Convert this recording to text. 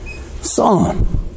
Son